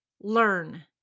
learn